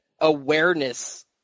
awareness